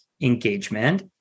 engagement